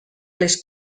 les